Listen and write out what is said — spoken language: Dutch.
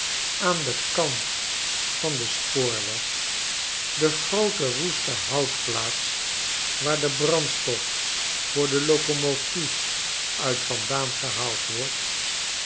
aan den kant van den spoorweg de groote woeste houtplaats waar de brandstof voor de locomotief uit vandaan gehaald wordt